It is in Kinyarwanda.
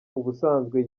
ubusanzwe